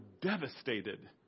devastated